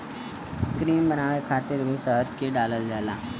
cream बनावे खातिर भी शहद के डालल जाला